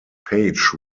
page